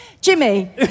Jimmy